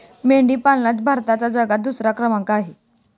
मेंढी पालनात भारताचा जगात दुसरा क्रमांक आहे